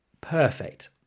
Perfect